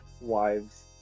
wives